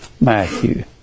Matthew